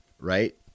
Right